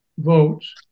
votes